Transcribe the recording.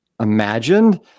imagined